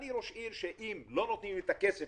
אני ראש עיר שאם לא נותנים לי את הכסף